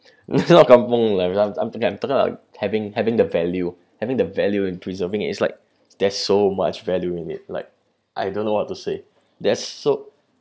not lah I'm I'm talking I'm talking about having having the value having the value in preserving it it's like there's so much value in it like I don't know what to say there's so